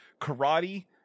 karate